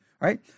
right